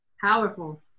Powerful